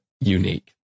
unique